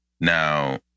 Now